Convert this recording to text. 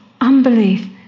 unbelief